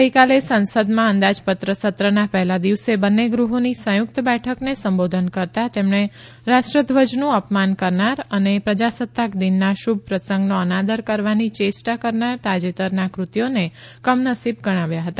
ગઇકાલે સંસદમાં અંદાજપત્ર સત્રના પહેલા દિવસે બંને ગૃહોની સંયુક્ત બેઠકને સંબોધન કરતાં તેમણે રાષ્ટ્રધ્વજનું અપમાન કરનાર અને પ્રજાસત્તાક દિનના શુભ પ્રસંગનો અનાદર કરવાની ચેષ્ટા કરનાર તાજેતરનાં કૃત્યોને કમનસીબ ગણાવ્યા હતા